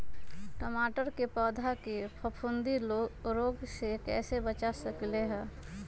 टमाटर के पौधा के फफूंदी रोग से कैसे बचा सकलियै ह?